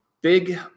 big